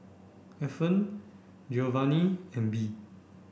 Ethen Giovanny and Bee